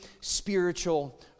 spiritual